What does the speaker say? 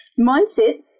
mindset